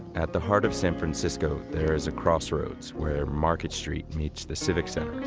at the heart of san francisco, there is a crossroads where market street meets the civic center.